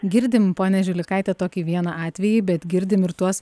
girdim ponia žiliukaite tokį vieną atvejį bet girdim ir tuos